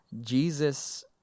Jesus